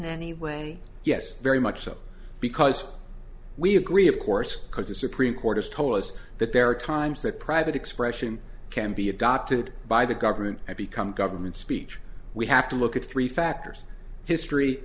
any way yes very much so because we agree of course because the supreme court has told us that there are times that private expression can be adopted by the government and become government speech we have to look at three factors history